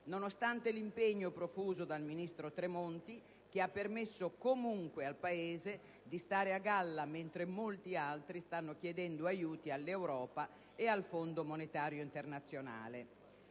Nonostante l'impegno profuso dal ministro Tremonti, che ha permesso comunque al Paese di stare a galla mentre molte altre Nazioni stanno chiedendo aiuti all'Europa e al Fondo monetario internazionale,